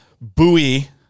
buoy